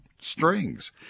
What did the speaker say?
strings